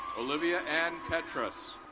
olivia n perus.